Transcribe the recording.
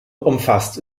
umfasst